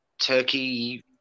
Turkey